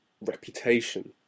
reputation